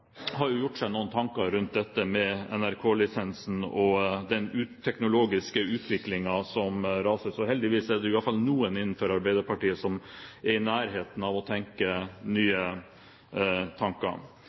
har jo også merket meg at Arbeiderpartiets mediepolitiske talsmann, Kåre Simensen, har gjort seg noen tanker rundt dette med NRK-lisensen og den teknologiske utviklingen som raser videre, så heldigvis er det jo iallfall noen innenfor Arbeiderpartiet som er i nærheten av å tenke